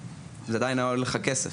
וזה עדיין היה עולה לך כסף.